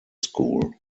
school